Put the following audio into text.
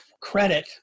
credit